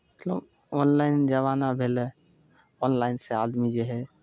मतलब ऑनलाइन जमाना भेलै ऑनलाइनसँ आदमी जे हइ